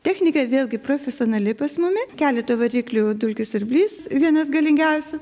technika vėlgi profesionali pas mumi keleto variklių dulkių siurblys vienas galingiausių